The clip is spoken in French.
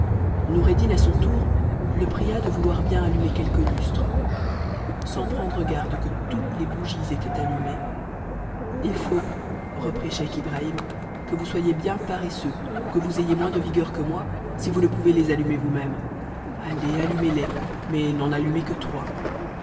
noureddin à son tour le pria de vouloir bien allumer quelques lustres sans prendre garde que toutes les bou étaient allumées il faut reprit scheich ibrahim que vous soyez bien paresseux ou que vous ayez moins de vigueur que moi si vous ne pomvx les allumer vous-même allez allumez les mais n'en allumez que trois